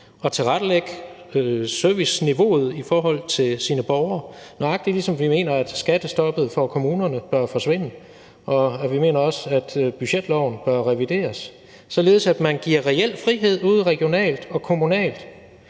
og tilrettelægge serviceniveauet i forhold til sine borgere, nøjagtig ligesom vi mener, at skattestoppet for kommunerne bør forsvinde. Vi mener også, at budgetloven bør revideres, således at man giver reel frihed ude regionalt og kommunalt.